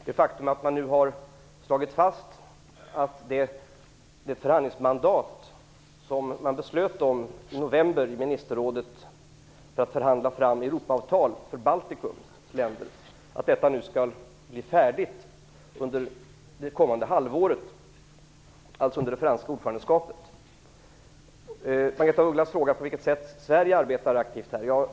Herr talman! Jag nämnde framför allt det faktum att man nu har slagit fast att förhandlingsmandatet för att förhandla fram Europaavtal för Baltikum, som man fattade beslut om i ministerrådet i november, skall bli färdigt under det kommande halvåret, dvs. under det franska ordförandeskapet. Margaretha af Ugglas undrar på vilket sätt Sverige arbetar aktivt.